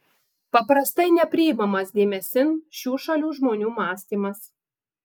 paprastai nepriimamas dėmesin šių šalių žmonių mąstymas